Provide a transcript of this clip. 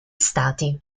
stati